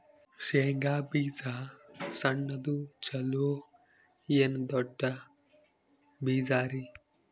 ಶೇಂಗಾ ಬೀಜ ಸಣ್ಣದು ಚಲೋ ಏನ್ ದೊಡ್ಡ ಬೀಜರಿ?